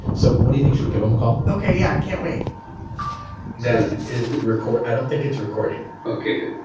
so what do you think? should we give him a call? okay. yeah, i can't wait dad, is it recording? i don't think it's recording okay,